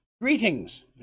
greetings